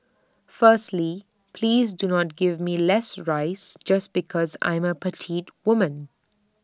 firstly please do not give me less rice just because I am A petite woman